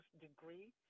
degree